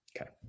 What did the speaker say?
Okay